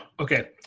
Okay